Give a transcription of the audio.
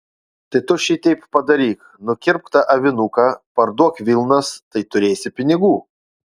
tai tu šiteip padaryk nukirpk tą avinuką parduok vilnas tai turėsi pinigų